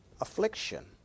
affliction